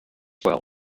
well